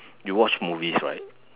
you watch movies right